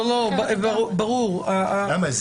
למה?